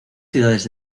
ciudades